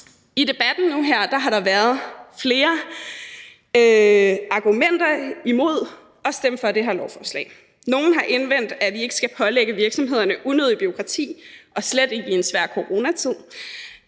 I debatten nu her har der været flere argumenter imod at stemme for det her beslutningsforslag. Nogle har indvendt, at vi ikke skal pålægge virksomhederne unødigt bureaukrati og slet ikke i en svær coronatid.